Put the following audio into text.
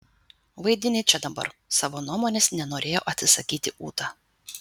vaidini čia dabar savo nuomonės nenorėjo atsisakyti ūta